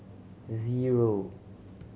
zero